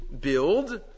build